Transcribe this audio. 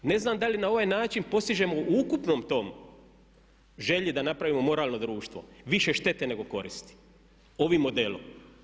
Ne znam da li na ovaj način postižemo u ukupnom tom želji da napravimo moralno društvo više štete nego koristi ovim modelom.